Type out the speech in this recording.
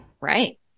Right